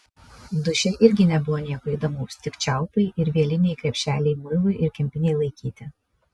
duše irgi nebuvo nieko įdomaus tik čiaupai ir vieliniai krepšeliai muilui ir kempinei laikyti